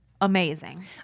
amazing